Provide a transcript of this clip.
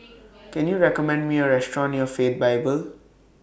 Can YOU recommend Me A Restaurant near Faith Bible